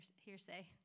hearsay